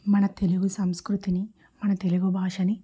మన తెలుగు సంస్కృతిని మన తెలుగు భాషని